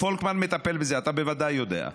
פולקמן מטפל בזה, אתה בוודאי יודע.